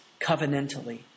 covenantally